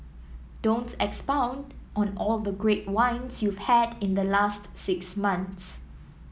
don't expound on all the great wines you've had in the last six months